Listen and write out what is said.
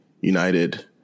United